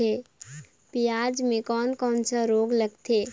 पियाज मे कोन कोन सा रोग लगथे?